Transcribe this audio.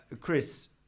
Chris